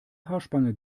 haarspange